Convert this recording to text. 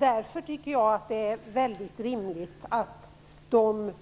Därför tycker jag att det är väldigt rimligt att de